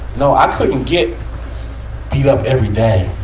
no, i couldn't get beat up every day.